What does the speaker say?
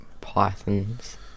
Pythons